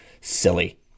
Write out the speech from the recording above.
silly